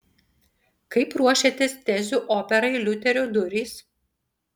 kaip ruošiatės tezių operai liuterio durys